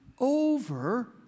over